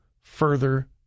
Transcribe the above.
further